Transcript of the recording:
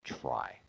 try